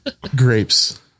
Grapes